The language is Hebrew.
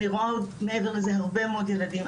אני רואה עוד מעבר לזה הרבה מאוד ילדים,